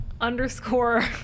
Underscore